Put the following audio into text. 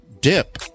dip